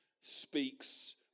speaks